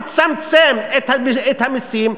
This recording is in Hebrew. תצמצם את המסים,